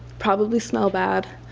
probably smell bad,